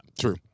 True